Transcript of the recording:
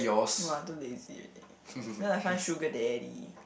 no ah I too lazy already gonna find sugar daddy